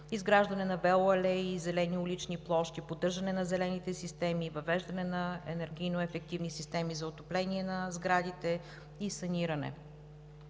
изграждане на велоалеи и зелени улични площи, поддържане на зелените системи, въвеждане на енергийно ефективни системи за отопление на сградите и саниране,